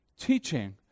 teaching